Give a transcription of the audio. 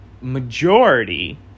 majority